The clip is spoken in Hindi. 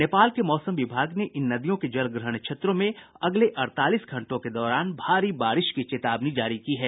नेपाल के मौसम विभाग ने इन नदियों के जलग्रहण क्षेत्रों में अगले अड़तालीस घंटों के दौरान भारी बारिश की चेतावनी जारी की है